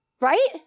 right